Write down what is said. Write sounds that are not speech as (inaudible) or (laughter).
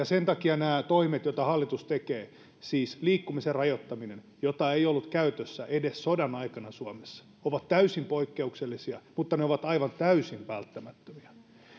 (unintelligible) sen takia nämä toimet joita hallitus tekee siis liikkumisen rajoittaminen ei ollut käytössä edes sodan aikana suomessa ovat täysin poikkeuksellisia mutta ne ovat aivan täysin välttämättömiä